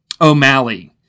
O'Malley